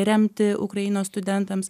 remti ukrainos studentams